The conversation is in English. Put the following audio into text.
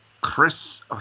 Chris